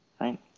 right